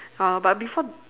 !huh! but before